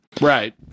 right